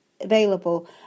available